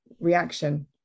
reaction